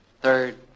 third